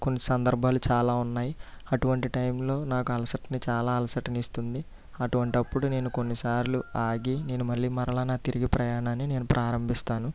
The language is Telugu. కొన్ని సందర్భాలు చాలా ఉన్నాయి అటువంటి టైంలో నాకు అలసటని చాలా అలసటనిస్తుంది అటువంటప్పుడు నేను కొన్నిసార్లు ఆగి నేను మళ్ళీ మరల తిరిగి ప్రయాణాన్ని నేను ప్రారంభిస్తాను